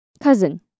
Cousin